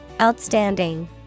outstanding